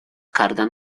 cardan